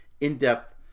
in-depth